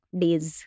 days